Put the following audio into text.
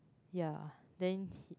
yeah then he